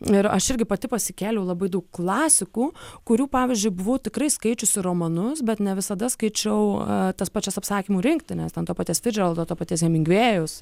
ir aš irgi pati pasikėliau labai daug klasikų kurių pavyzdžiui buvau tikrai skaičiusi romanus bet ne visada skaičiau tas pačias apsakymų rinktines ant to paties ficdžeraldo to paties hemingvėjaus